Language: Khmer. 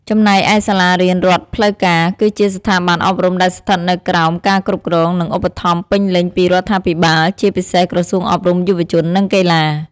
ចំណែកឯសាលារៀនរដ្ឋផ្លូវការ គឺជាស្ថាប័នអប់រំដែលស្ថិតនៅក្រោមការគ្រប់គ្រង និងឧបត្ថម្ភពេញលេញពីរដ្ឋាភិបាល ជាពិសេសក្រសួងអប់រំ យុវជន និងកីឡា។